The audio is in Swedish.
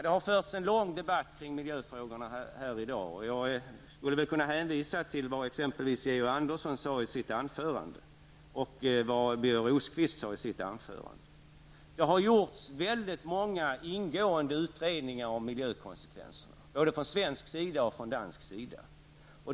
Det har förts en lång debatt kring miljöfrågorna här i dag, och jag kan hänvisa till vad exempelvis Georg Andersson och Birger Rosqvist sade i sina anföranden. Det har gjorts många ingående utredningar om miljökonsekvenserna, både från svensk och från dansk sida.